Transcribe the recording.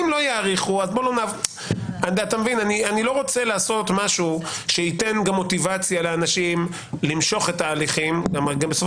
אני לא רוצה לעשות משהו שייתן מוטיבציה לאנשים למשוך את ההליכים בסופו